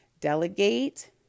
delegate